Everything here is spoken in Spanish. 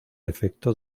efecto